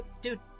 Dude